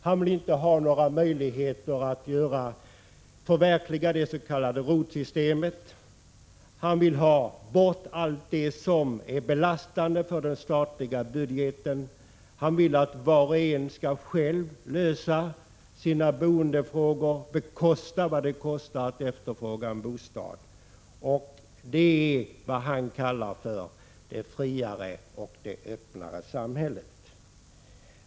Han vill inte ha några möjligheter att förverkliga det s.k. ROT-systemet. Han vill ta bort allt det som är belastande för den statliga budgeten. Han vill att var och en själv skall lösa sina boendefrågor, bekosta vad det kostar att efterfråga en bostad. Det kallar han för det friare och öppnare samhället.